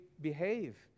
behave